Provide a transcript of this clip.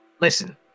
Listen